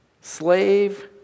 slave